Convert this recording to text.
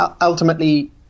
ultimately